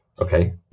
okay